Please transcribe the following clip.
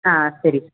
ಹಾಂ ಸರಿ